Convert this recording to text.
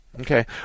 Okay